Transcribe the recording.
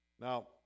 Now